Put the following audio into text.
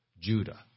Judah